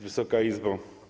Wysoka Izbo!